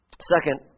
Second